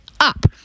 Up